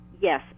yes